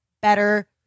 better